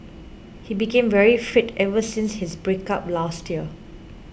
he became very fit ever since his breakup last year